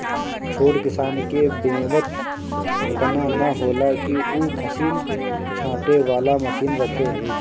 छोट किसान के बेंवत एतना ना होला कि उ फसिल छाँटे वाला मशीन रखे